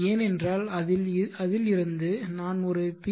ஏனென்றால் அதில் இருந்து நான் ஒரு பி